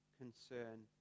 concern